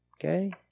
Okay